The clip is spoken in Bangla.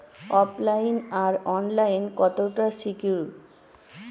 ওফ লাইন আর অনলাইন কতটা সিকিউর?